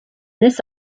this